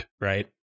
right